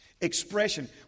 expression